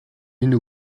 энэ